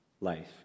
life